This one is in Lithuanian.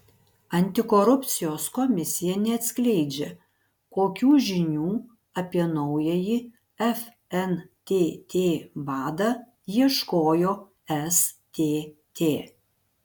antikorupcijos komisija neatskleidžia kokių žinių apie naująjį fntt vadą ieškojo stt